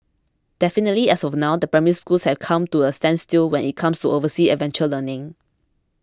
definitely as of now the Primary Schools have come to a standstill when it comes to overseas adventure learning